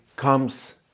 comes